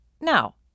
Now